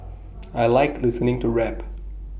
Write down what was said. I Like listening to rap